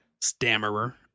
Stammerer